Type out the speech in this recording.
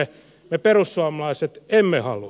me perussuomalaiset emme halua